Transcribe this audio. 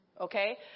Okay